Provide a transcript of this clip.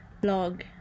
blog